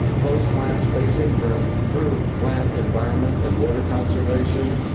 close plant spacing for improved plant environment and water conservation.